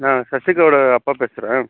ஆ சஸ்திகாவோட அப்பா பேசுகிறேன்